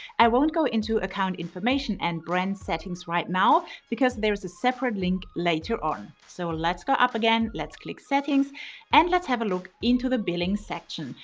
i won't go into account information and brand settings right now because there is a separate link later on. so let's go up again. let's click settings and let's have a look into the billing section.